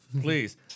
Please